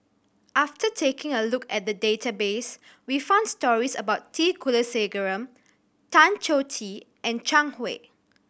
after taking a look at the database we found stories about T Kulasekaram Tan Choh Tee and Zhang Hui